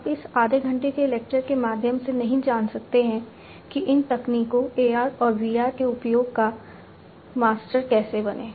आप इस आधे घंटे के लेक्चर के माध्यम से नहीं जान सकते हैं कि इन तकनीकों AR और VR के उपयोग का मास्टर कैसे बनें